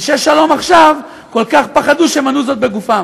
אנשי שלום עכשיו כל כך פחדו, שמנעו זאת בגופם.